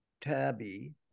Tabby